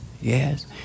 Yes